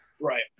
Right